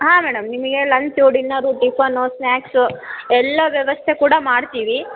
ಹಾಂ ಮೇಡಮ್ ನಿಮಗೆ lunch dinner tiffin snacks ಎಲ್ಲ ವ್ಯವಸ್ಥೆ ಕೂಡ ಮಾಡ್ತೀವಿ